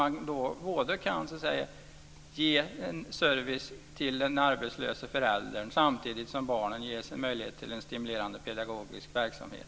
Man kan ge service till den arbetslöse föräldern samtidigt som barnen ges möjlighet till stimulerande pedagogisk verksamhet.